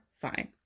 fine